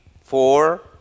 four